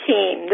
Team